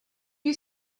you